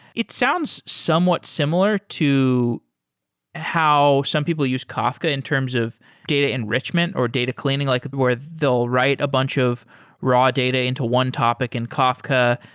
it sounds somewhat similar to how some people use kafka in terms of data enrichment or data cleaning like where they'll write a bunch of raw data into one topic in kafka.